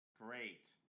Great